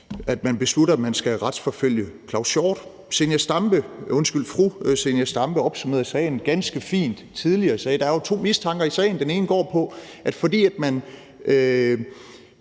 at man beslutter, at man skal retsforfølge Claus Hjort Frederiksen. Fru Zenia Stampe opsummerede sagen ganske fint tidligere og sagde, at der jo er to mistanker i sagen. Den ene går på, at fordi man